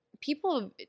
people